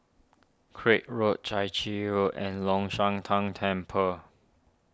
Craig Road Chai Chee Road and Long Shan Tang Temple